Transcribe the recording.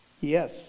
Yes